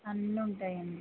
అన్ని ఉంటాయండి